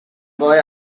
boy